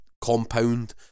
compound